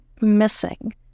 missing